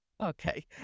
okay